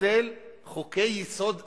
לבטל חוקי-יסוד אחרים,